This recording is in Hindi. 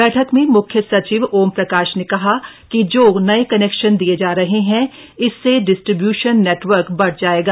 बैठक में म्ख्य सचिव ओमप्रकाश ने कहा कि जो नये कनेक्शन दिये जा रहे हैं इससे डिस्ट्रीब्यूशन नेटवर्क बढ़ जायेगा